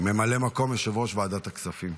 ממלא מקום יושב-ראש ועדת הכספים.